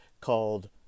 called